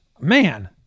Man